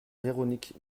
véronique